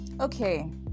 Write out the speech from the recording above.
Okay